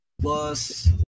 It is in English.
plus